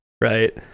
right